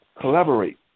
collaborate